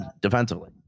defensively